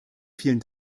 vielen